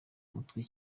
mutwe